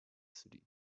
city